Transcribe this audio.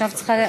עכשיו צריכה,